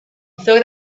thought